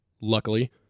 Luckily